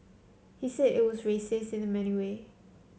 he said it was racist in many way